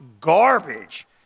garbage